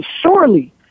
surely